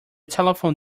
telephone